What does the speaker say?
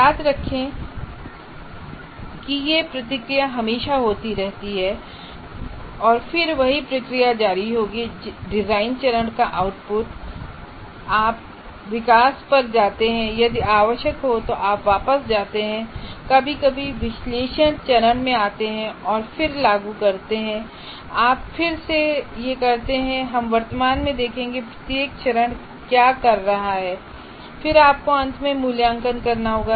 याद रखें कि यह प्रतिक्रिया हमेशा होती रहती है और फिर वही प्रक्रिया जारी रहेगी डिज़ाइन चरण का आउटपुट आप विकास पर जाते हैं यदि आवश्यक हो तो आप वापस जाते हैं और कभी कभी विश्लेषण चरण में जाते हैं और फिर लागू करते हैं आप फिर से करते हैं यह हम वर्तमान में देखेंगे कि प्रत्येक चरण क्या कर रहा है और फिर आपको अंत में मूल्यांकन करना होगा